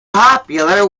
popular